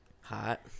hot